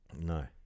No